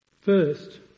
First